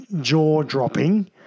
jaw-dropping